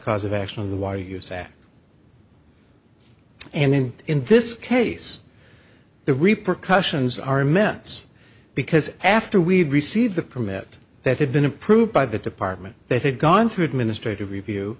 cause of action of the water use that and in this case the repercussions are immense because after we received the permit that had been approved by the department that had gone through administrative review